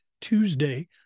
Tuesday